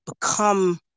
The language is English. become